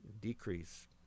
decrease